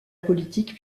politique